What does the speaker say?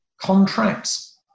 Contracts